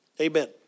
amen